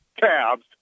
cabs